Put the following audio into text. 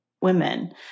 women